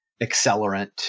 accelerant